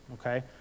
okay